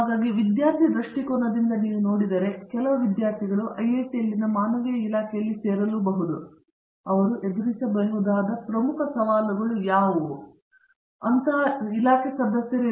ಹಾಗಾಗಿ ವಿದ್ಯಾರ್ಥಿ ದೃಷ್ಟಿಕೋನದಿಂದ ನೀವು ನೋಡಿದರೆ ಕೆಲವು ವಿದ್ಯಾರ್ಥಿಗಳು ಐಐಟಿಯಲ್ಲಿನ ಮಾನವೀಯ ಇಲಾಖೆಯಲ್ಲಿ ಸೇರಲುಬಹುದು ಅವರು ಎದುರಿಸಬಹುದಾದ ಪ್ರಮುಖ ಸವಾಲುಗಳು ಯಾವುವು ಎಂದು ಅವರು ಯೋಚಿಸುತ್ತಾರೆ ಅಥವಾ ಅಂತಹ ಇಲಾಖೆ ಸದಸ್ಯರು